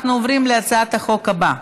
אנחנו עוברים להצעת החוק הבאה,